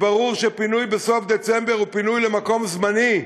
ברור שפינוי בסוף דצמבר הוא פינוי למקום זמני.